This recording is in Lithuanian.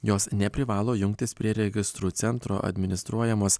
jos neprivalo jungtis prie registrų centro administruojamos